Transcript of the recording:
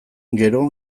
gero